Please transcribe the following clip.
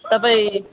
तपाईँ